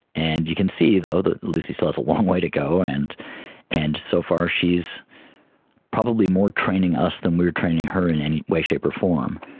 and you can see though that lucy still has a long way to go, and and so far she is probably more training us than we are training her in any way, shape or form.